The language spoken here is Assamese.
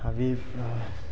হাবিত